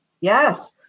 Yes